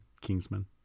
Kingsman